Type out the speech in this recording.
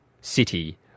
city